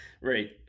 Right